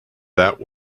that